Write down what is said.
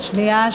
שנייה,